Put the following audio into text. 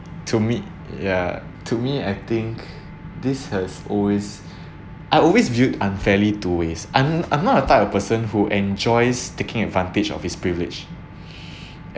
to me ya to me I think this has always I always viewed unfairly two ways I'm I'm not the type of person who enjoys taking advantage of his privilege